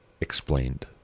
explained